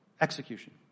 execution